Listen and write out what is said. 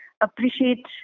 appreciate